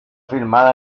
filmada